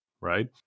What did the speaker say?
Right